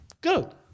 Good